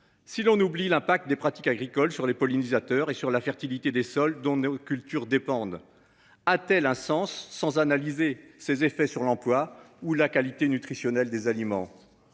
si l'on oublie l'impact des pratiques agricoles sur les pollinisateurs et sur la fertilité des sols dont nos cultures dépendent. A-t-elle un sens sans analyser ses effets sur l'emploi ou la qualité nutritionnelle des aliments.